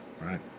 right